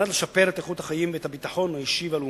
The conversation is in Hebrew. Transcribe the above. לשפר את איכות החיים ואת הביטחון האישי והלאומי.